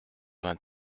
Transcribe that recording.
vingt